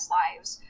lives